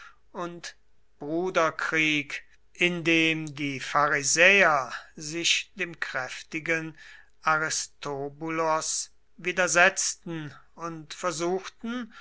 und bruderkrieg indem die pharisäer sich dem kräftigen aristobulos widersetzten und versuchten